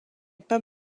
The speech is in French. pas